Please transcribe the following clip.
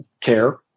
care